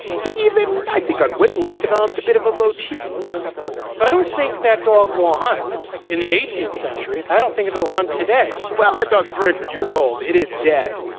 he even, i think, unwittingly developed a bit of a motif so i don't think that dog will hunt in the eighteenth century. i don't think it will hunt today well, it took three hundred years old it is dead,